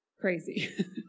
crazy